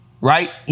right